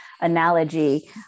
analogy